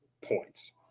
points